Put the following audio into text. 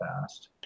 fast